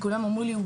וכולם אמרו לי,